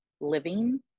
living